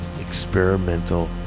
experimental